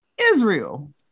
Israel